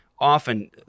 often